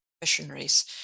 missionaries